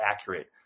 accurate